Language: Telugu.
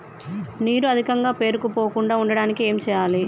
నీరు అధికంగా పేరుకుపోకుండా ఉండటానికి ఏం చేయాలి?